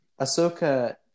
Ahsoka